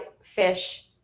fish